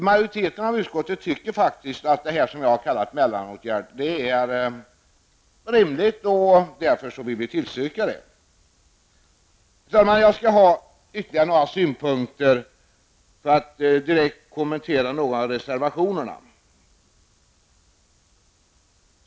Utskottets majoritet tycker att detta är en rimlig mellanåtgärd och tillstyrker således detta förslag. Herr talman! Det är måhända på sin plats med ytterligare några synpunkter för att direkt kommentera några av reservationerna.